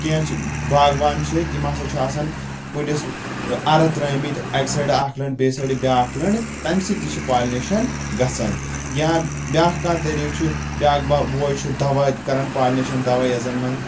کیٚنٛہہ باغوان چھِ تِمو ہسا چھُ آسان کُلِس اَرٕ ترٲے مٕتۍ اَکہِ سایڈٕ اکھ لٔنٛڑ بیٚیہِ سایڈٕ بیاکھ لٔنٛڑ تَمہِ سۭتۍ تہِ چھِ پالِنیشن گژھان یا بیٚاکھ کانٛہہ طریٖقہٕ چھُ یا بیٚاکھ بوے چھُ دوا کران پالِنیشن دوا یتھ زن منٛز